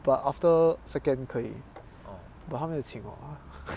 but after second 可以 but 他没有请我